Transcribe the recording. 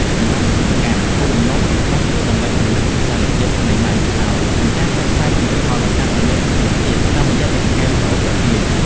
សម្រាប់អាជីវកម្ម គោលបំណងសំខាន់គឺដើម្បីពង្រីកវិសាលភាពនៃម៉ាកយីហោ និងការផ្សព្វផ្សាយផលិតផលឱ្យកាន់តែមានប្រសិទ្ធភាពតាមរយៈមាតិកាវីដេអូទាក់ទាញ។